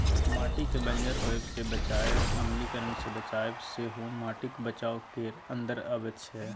माटिकेँ बंजर होएब सँ बचाएब, अम्लीकरण सँ बचाएब सेहो माटिक बचाउ केर अंदर अबैत छै